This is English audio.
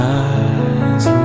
eyes